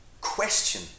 question